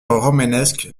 romanesque